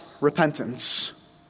repentance